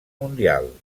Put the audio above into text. mundial